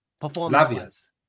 Performance